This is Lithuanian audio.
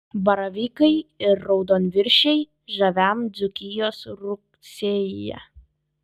baravykai ir raudonviršiai žaviam dzūkijos rugsėjyje